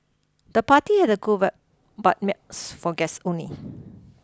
the party had a coolvibe but miss for guests only